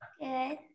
Good